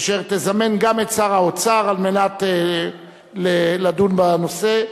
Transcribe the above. אשר תזמן גם את שר האוצר על מנת לדון בנושא.